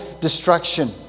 destruction